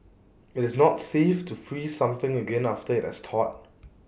IT is not safe to freeze something again after IT has thawed